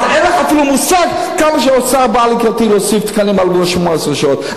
אין לך מושג כמה שהאוצר בא לקראתי להוסיף תקנים על 18 שעות.